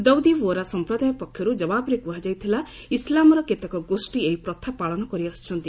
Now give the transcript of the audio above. ଦାଉଦି ବୋହର ସମ୍ପ୍ରଦାୟ ପକ୍ଷରୁ ଜବାବରେ କୁହାଯାଇଥିଲା ଇସ୍ଲାମର କେତେକ ଗୋଷ୍ଠୀ ଏହି ପ୍ରଥା ପାଳନ କରିଆସୁଛନ୍ତି